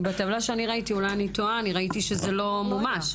בטבלה שאני ראיתי אולי אני טועה ראיתי שזה לא מומש.